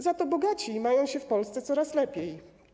Za to bogaci mają się w Polsce coraz lepiej.